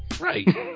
Right